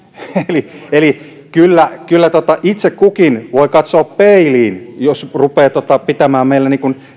eli eli kyllä kyllä itse kukin voi katsoa peiliin jos rupeaa pitämään meille